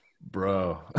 Bro